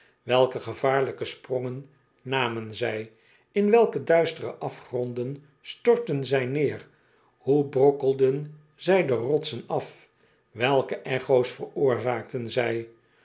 welke gevaarlijke sprongen namen zij in welke duistere afgronden stortten zij neer hoe brokkelden zij de rotsen af welke echo's veroorzaakten zij